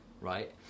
Right